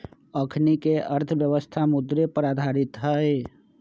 अखनीके अर्थव्यवस्था मुद्रे पर आधारित हइ